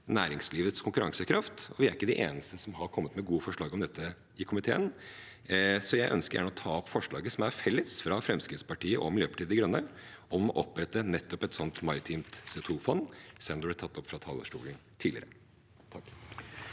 næringslivets konkurransekraft, og vi er ikke de eneste som har kommet med gode forslag om dette i komiteen, så jeg ønsker å anbefale det felles forslaget fra Fremskrittspartiet og Miljøpartiet De Grønne, om å opprette nettopp et sånt maritimt CO2-fond, som ble tatt opp fra talerstolen tidligere.